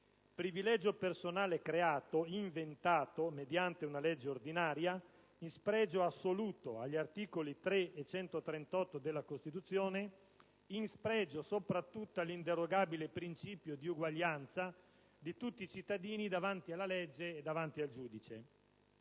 privilegio personale creato, inventato mediante una legge ordinaria in spregio assoluto agli articoli 3 e 138 della Costituzione, in spregio soprattutto all'inderogabile principio di uguaglianza di tutti i cittadini davanti alla legge e davanti al giudice.